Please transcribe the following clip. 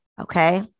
okay